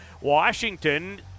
Washington